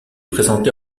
présenté